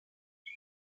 die